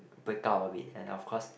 break out of it and of course